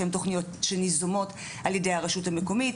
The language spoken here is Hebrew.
שהן תוכניות שהן יזומות על ידי הרשות המקומית.